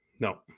no